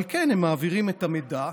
אבל כן הם מעבירים את המידע.